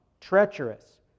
treacherous